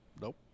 Nope